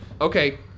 Okay